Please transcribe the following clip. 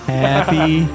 happy